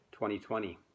2020